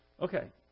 Okay